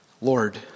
Lord